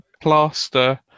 plaster